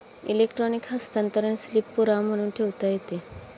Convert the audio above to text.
electronic हस्तांतरण slip पुरावा म्हणून ठेवता येते